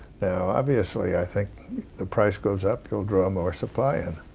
now, obviously, i think the price goes up, you'll draw more supply in